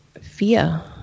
fear